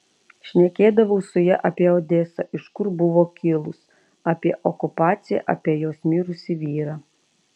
šnekėdavau su ja apie odesą iš kur buvo kilus apie okupaciją apie jos mirusį vyrą